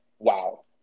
Wow